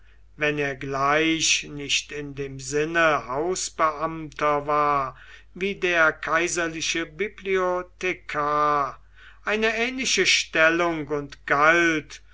wenn er gleich nicht in dem sinne hausbeamter war wie der kaiserliche bibliothekar eine ähnliche stellung und galt